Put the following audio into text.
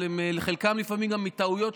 חלקם לפעמים מטעויות,